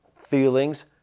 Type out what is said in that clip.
feelings